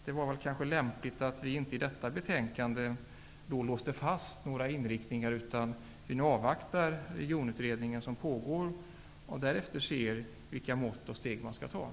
Det var kanske lämpligt att i detta betänkande inte låsa fast några inriktningar och att i stället avvakta resultatet av den regionutredning som pågår. Sedan får vi se vilka mått och steg som skall tas.